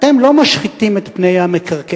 אתם לא משחיתים את פני המקרקעין,